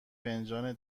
فنجان